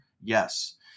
Yes